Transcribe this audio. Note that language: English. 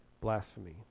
blasphemy